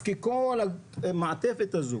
כל המעטפת הזו